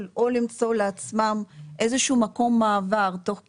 או למצוא לעצמם איזשהו מקום מעבר תוך כדי,